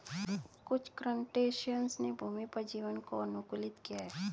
कुछ क्रस्टेशियंस ने भूमि पर जीवन को अनुकूलित किया है